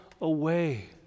away